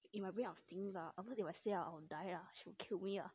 in my brain I was thinking ah obviously I never say ah I will die ah she will kill me